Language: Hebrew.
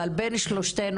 אבל בין שלושתנו,